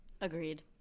Agreed